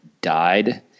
died